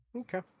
Okay